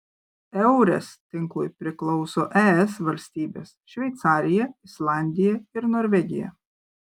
eures tinklui priklauso es valstybės šveicarija islandija ir norvegija